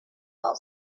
while